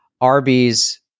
Arby's